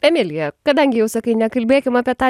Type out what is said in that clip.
emilija kadangi jau sakai nekalbėkim apie tą